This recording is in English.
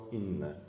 inne